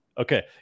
Okay